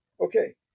Okay